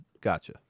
Gotcha